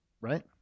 right